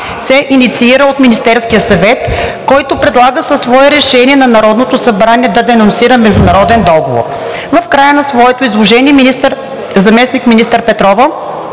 се инициира от Министерския съвет, който предлага със свое решение на Народното събрание да денонсира международен договор. В края на своето изложение заместник-министър Петрова